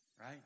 right